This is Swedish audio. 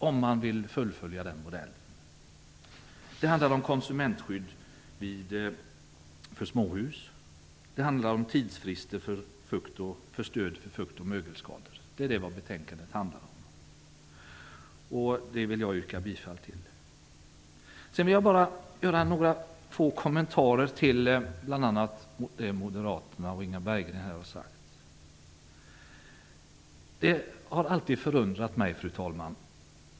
Betänkandet handlar vidare om konsumentskydd för småhus, och det handlar om tidsfrister för fuktoch mögelskador. Det är vad betänkandet handlar om, och jag vill yrka bifall till utskottets hemställan. Sedan vill jag bara göra några kommentarer till vad bl.a. Moderaterna genom Inga Berggren här har sagt. En sak har alltid förundrat mig, fru talman.